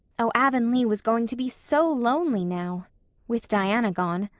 oh, avonlea was going to be so lonely now with diana gone!